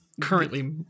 currently